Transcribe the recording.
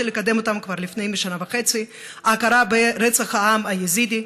לקדם כבר לפני שנה וחצי: הכרה ברצח העם הארמני,